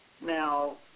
Now